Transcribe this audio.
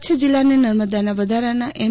કચ્છ જિલ્લાને નર્મદાનાં વધારાનાં એમ